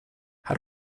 how